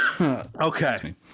okay